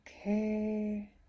Okay